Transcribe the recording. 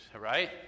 Right